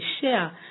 share